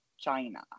China